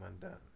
undone